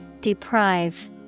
Deprive